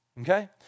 Okay